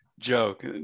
joke